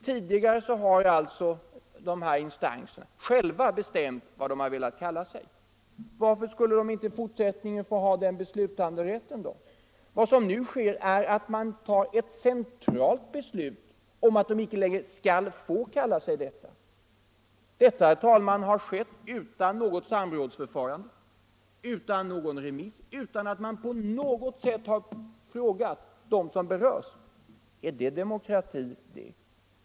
Tidigare har alltså de här instanserna själva bestämt vad de har velat kalla sig. Varför skulle de inte i fortsättningen få ha den beslutanderätten? Vad som nu sker är att man fattar ett centralt beslut och att dessa instanser inte längre skall få ha den här beteckningen. Detta, herr talman, har skett utan något samrådsförfarande, utan någon remiss, utan att man på något sätt har frågat dem som berörs. Är det demokrati?